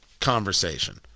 conversation